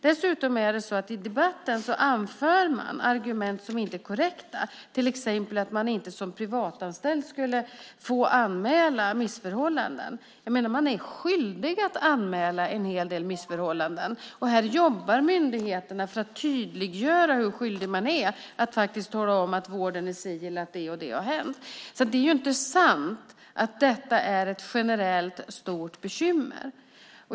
Dessutom anförs i debatten argument som inte är korrekta, till exempel att man som privatanställd inte skulle få anmäla missförhållanden. Man är skyldig att anmäla en hel del missförhållanden. Här jobbar myndigheterna för att tydliggöra hur skyldig man är att faktiskt tala om att vården är si och så eller att det och det har hänt. Det är alltså inte sant att detta är ett generellt och stort bekymmer.